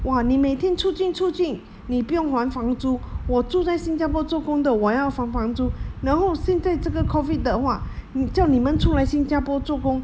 哇你每天出进出进你不用还房租我住在新加坡做工的我要还房租然后现在这个 COVID 的话叫你们出来新加坡做工